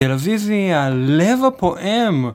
טלוויזיה, לב הפועם!